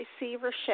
receivership